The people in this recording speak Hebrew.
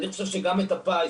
אני חושב שגם את הפיס,